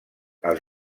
els